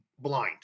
blind